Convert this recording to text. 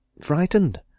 frightened